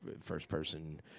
first-person